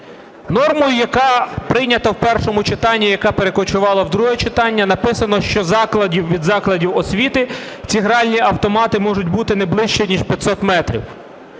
Нормою, яка прийнята в першому читанні, яка перекочувала в друге читання написано, що від закладів освіти ці гральні автомати можуть бути не ближче ніж 500 метрів.